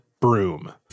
broom